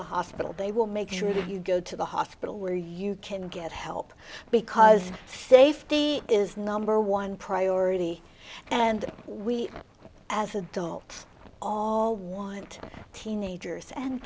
the hospital they will make sure that you go to the hospital where you can get help because safety is number one priority and we as adults all want teenagers and